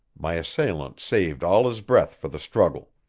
my assailant saved all his breath for the struggle.